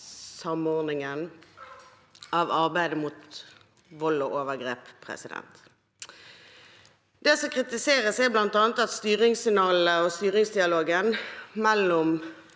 samordningen av arbeidet mot vold og overgrep. Det som kritiseres, er bl.a. at styringssignalene og styringsdialogen mellom